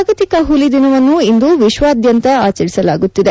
ಜಾಗತಿಕ ಹುಲಿ ದಿನವನ್ನು ಇಂದು ವಿಶ್ವದಾದ್ಯಂತ ಆಚರಿಸಲಾಗುತ್ತಿದೆ